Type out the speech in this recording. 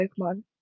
Pokemon